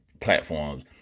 platforms